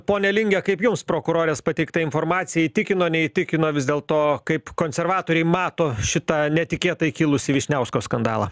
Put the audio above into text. pone linge kaip jums prokurorės pateikta informacija įtikino neįtikino vis dėl to kaip konservatoriai mato šitą netikėtai kilusį vyšniausko skandalą